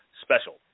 special